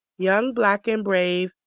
youngblackandbrave